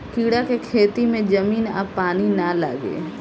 कीड़ा के खेती में जमीन आ पानी ना लागे